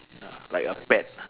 !hanna! like a pet